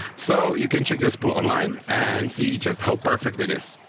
so you can check your spool online and see just how perfect it is.